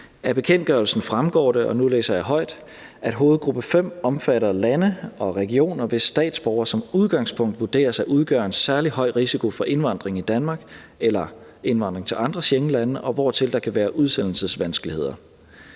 Af bekendtgørelsen fremgår det – og nu læser jeg højt: »Hovedgruppe 5 omfatter lande og regioner, hvis statsborgere som udgangspunkt vurderes at udgøre en særligt høj risiko for indvandring i Danmark eller andre Schengenlande, og hvortil der kan være udsendelsesvanskeligheder.«